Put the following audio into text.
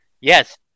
Yes